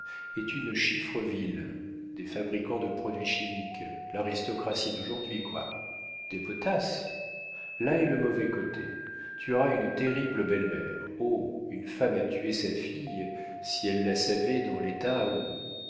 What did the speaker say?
est une chiffreville des fabricants de produits chimiques l'aristocratie d'aujourd'hui quoi des potasse là est le mauvais côté tu auras une terrible belle-mère oh une femme à tuer sa fille si elle la savait dans l'état où